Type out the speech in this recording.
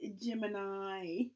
Gemini